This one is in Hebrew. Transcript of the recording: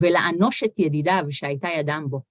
‫ולענוש את ידידיו, שהייתה ידם בו.